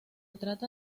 trata